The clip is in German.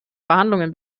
verhandlungen